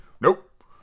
nope